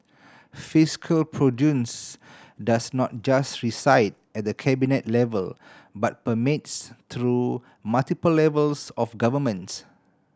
fiscal prudence does not just reside at the Cabinet level but permeates through multiple levels of governments